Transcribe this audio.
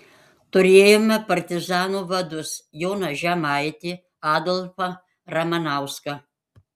turėjome partizanų vadus joną žemaitį adolfą ramanauską